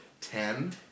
Ten